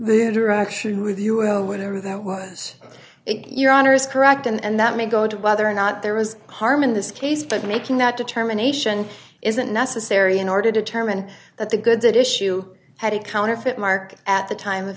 the interaction with us whatever that was it your honor is correct and that may go to whether or not there was harm in this case but making that determination isn't necessary in order to determine that the goods at issue had a counterfeit mark at the time of